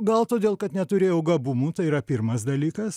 gal todėl kad neturėjau gabumų tai yra pirmas dalykas